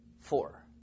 four